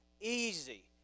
easy